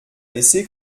laissé